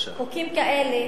חוקים כאלה